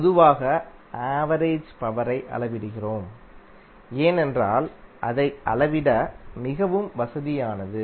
பொதுவாக ஆவரேஜ் பவரை அளவிடுகிறோம் ஏனென்றால் அதை அளவிட மிகவும் வசதியானது